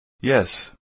Yes